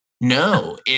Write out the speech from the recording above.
No